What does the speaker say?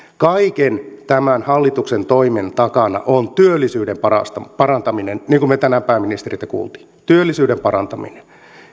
kaiken tämän hallituksen toiminnan takana on työllisyyden parantaminen niin kuin me tänään pääministeriltä kuulimme työllisyyden parantaminen